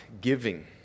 giving